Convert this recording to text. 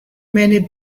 many